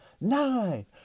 nine